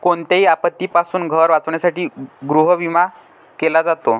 कोणत्याही आपत्तीपासून घर वाचवण्यासाठी गृहविमा केला जातो